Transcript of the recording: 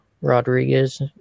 Rodriguez